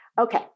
Okay